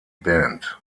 band